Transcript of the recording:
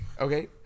Okay